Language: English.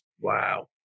Wow